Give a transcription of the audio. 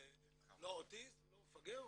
לא אוטיסט ולא מפגר,